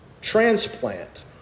transplant